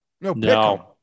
No